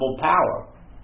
power